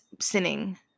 sinning